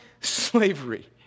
slavery